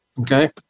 Okay